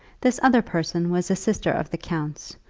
this other person was a sister of the count's,